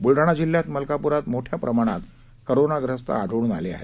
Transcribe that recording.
बुलडाणा जिल्ह्यात मलकापूरात मोठ्या प्रमाणात कोरोनाप्रस्त आढळून आले आहेत